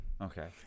Okay